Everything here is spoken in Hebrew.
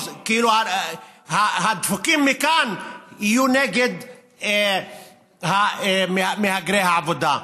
כאילו הדפוקים מכאן יהיו נגד מהגרי העבודה.